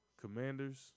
Commanders